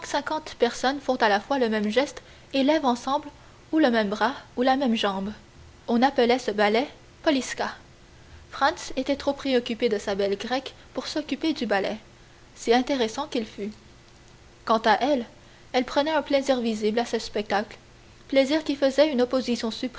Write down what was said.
personnes font à la fois le même geste et lèvent ensemble ou le même bras ou la même jambe on appelait ce ballet poliska franz était trop préoccupé de sa belle grecque pour s'occuper du ballet si intéressant qu'il fût quant à elle elle prenait un plaisir visible à ce spectacle plaisir qui faisait une opposition